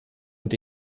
und